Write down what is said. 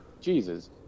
jesus